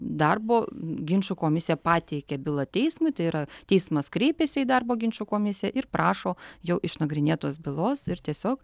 darbo ginčų komisija pateikia bylą teismui tai yra teismas kreipiasi į darbo ginčų komisiją ir prašo jau išnagrinėtos bylos ir tiesiog